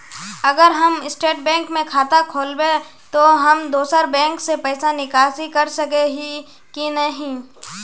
अगर हम state bank में खाता खोलबे तो हम दोसर बैंक से पैसा निकासी कर सके ही की नहीं?